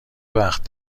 وقت